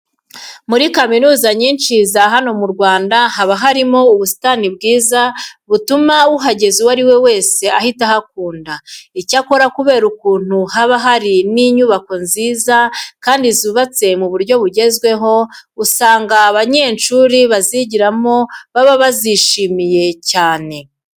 Muri kaminuza nyinshi za hano mu Rwanda haba harimo ubusitani bwiza butuma uhageze uwo ari we wese ahita ahakunda. Icyakora kubera ukuntu haba hari n'inyubako nziza kandi zubatse mu buryo bugezweho, usanga abanyeshuri bazigiramo baba bizishimiye cyane.